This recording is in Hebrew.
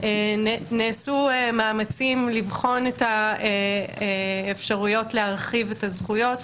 נעשו מאמצים לבחון את האפשרויות להרחיב את הזכויות.